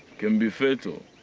can be fatal.